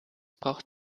braucht